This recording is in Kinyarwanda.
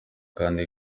kandi